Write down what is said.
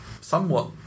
somewhat